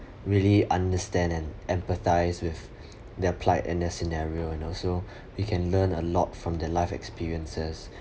really understand and empathise with their plight and the scenario and also we can learn a lot from the life experiences